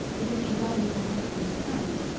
that if she valued her husband's crown,